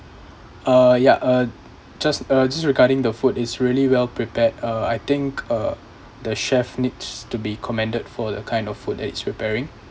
uh yeah uh just uh just regarding the food is really well prepared uh I think uh the chef needs to be commended for the kind of food that he's preparing